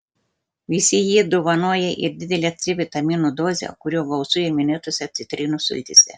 visi jie dovanoja ir didelę c vitamino dozę kurio gausu ir minėtose citrinų sultyse